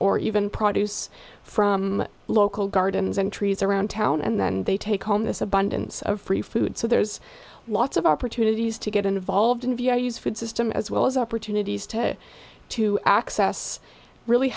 or even produce from local gardens and trees around town and then they take home this abundance of free food so there's lots of opportunities to get involved and be a use food system as well as opportunities to to access really